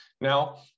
Now